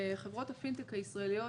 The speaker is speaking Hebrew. חברות הפינטק הישראליות,